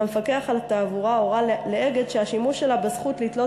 והמפקח על התעבורה הורה ל"אגד" שהשימוש שלה בזכות לתלות